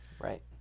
Right